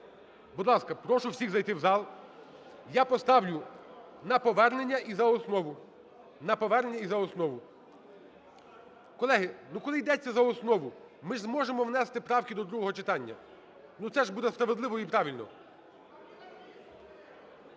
Будь ласка, прошу всіх зайти в зал. Я поставлю на повернення і за основу. На повернення і за основу. Колеги, коли йдеться за основу ми ж зможемо внести правки до другого читання, це ж буде справедливо і правильно.